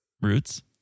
Roots